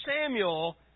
Samuel